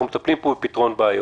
אנחנו מטפלים בפתרון בעיות.